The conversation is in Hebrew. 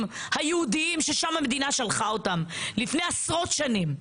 היהודיים ששם המדינה שלחה אותם לפני עשרות שנים.